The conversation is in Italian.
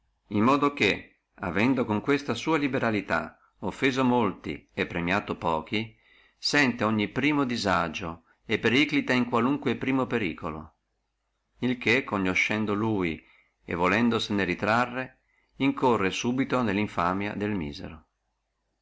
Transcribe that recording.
in modo che con questa sua liberalità avendo offeso e premiato e pochi sente ogni primo disagio e periclita in qualunque primo periculo il che conoscendo lui e volendosene ritrarre incorre subito nella infamia del misero